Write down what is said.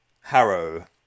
Harrow